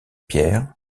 pierre